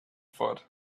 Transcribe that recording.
thought